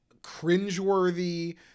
cringeworthy